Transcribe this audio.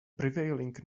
prevailing